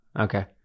Okay